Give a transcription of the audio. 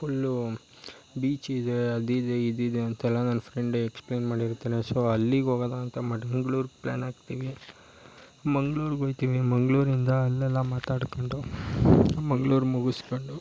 full ಬೀಚಿದೆ ಅದು ಇದೆ ಇದು ಇದೆ ಅಂತೆಲ್ಲ ನನ್ನ ಫ್ರೆಂಡ್ ಎಕ್ಸ್ಪ್ಲೇನ್ ಮಾಡಿರ್ತ್ತಾನೆ ಸೋ ಅಲ್ಲಿಗೆ ಹೋಗೋದಾ ಅಂತ ಮಂಗಳೂರು ಪ್ಲಾನ್ ಹಾಕ್ತೀವೀ ಮಂಗ್ಳೂರಿಗೆ ಹೋಗ್ತೀವಿ ಮಂಗಳೂರಿಂದ ಅಲ್ಲೆಲ್ಲ ಮಾತಾಡ್ಕೊಂಡು ಮಂಗಳೂರು ಮುಗಿಸ್ಕೊಂಡು